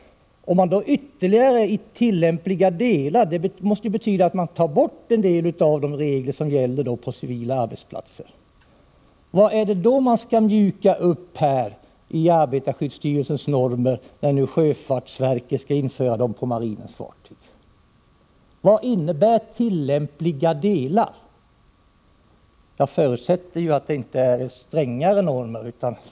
Om endast ”tillämpliga delar” av arbetarskyddsstyrelsens krav skall införas måste det betyda att man tar bort en del av de regler som gäller på civila arbetsplatser. Vad är det som skall mjukas upp i arbetarskyddsstyrelsens normer när nu sjöfartsverket skall införa dem på marinens fartyg? Vad innebär ”tillämpliga delar”? Jag förutsätter att det inte betyder strängare normer.